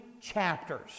chapters